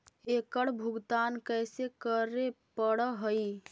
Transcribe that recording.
एकड़ भुगतान कैसे करे पड़हई?